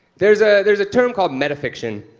there's ah there's a term called metafiction,